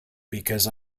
because